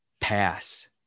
pass